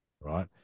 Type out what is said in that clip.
Right